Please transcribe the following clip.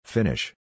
Finish